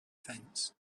fence